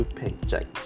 paycheck